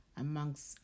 amongst